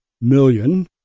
million